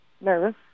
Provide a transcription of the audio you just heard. Nervous